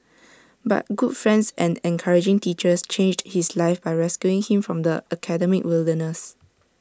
but good friends and encouraging teachers changed his life by rescuing him from the academic wilderness